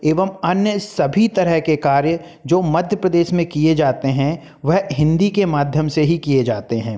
एवम अन्य सभी तरह के कार्य जो मध्य प्रदेश में किए जाते हैं वह हिन्दी के माध्यम से ही किए जाते हैं